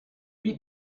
beat